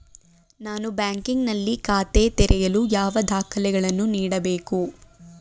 ನಾನು ಬ್ಯಾಂಕ್ ನಲ್ಲಿ ಖಾತೆ ತೆರೆಯಲು ಯಾವ ದಾಖಲೆಗಳನ್ನು ನೀಡಬೇಕು?